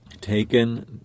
taken